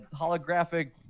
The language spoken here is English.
holographic